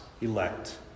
elect